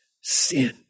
sin